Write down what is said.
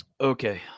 Okay